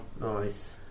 Nice